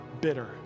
bitter